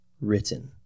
written